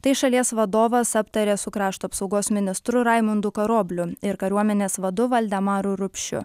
tai šalies vadovas aptarė su krašto apsaugos ministru raimundu karobliu ir kariuomenės vadu valdemaru rupšiu